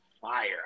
fire